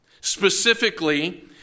Specifically